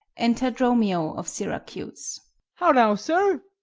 enter dromio of syracuse how now, sir,